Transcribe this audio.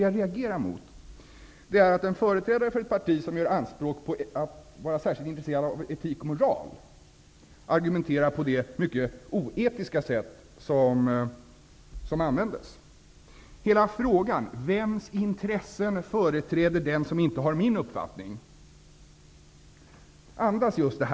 Jag reagerar mot att en företrädare för ett parti som gör anspråk på att vara särskilt intresserat av etik och moral argumenterar på detta mycket oetiska sätt. Att man frågar vems intressen den som inte har den egna uppfattningen företräder andas just detta.